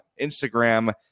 instagram